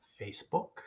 Facebook